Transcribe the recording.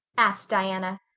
asked diana.